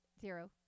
Zero